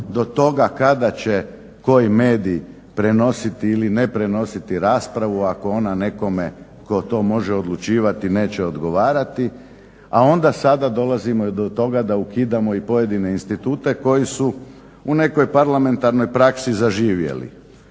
do toga kada će koji medij prenositi ili ne prenositi raspravu ako ona nekome tko to može odlučivati neće odgovarati, a onda sada dolazimo i do toga da ukidamo i pojedine institute koji su u nekoj parlamentarnoj praksi zaživjeli.